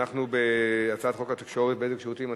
אנחנו בהצעת חוק התקשורת (בזק ושידורים)